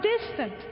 distant